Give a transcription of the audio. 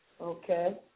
Okay